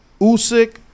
Usyk